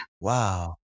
Wow